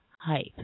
hype